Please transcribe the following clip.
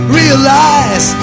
realize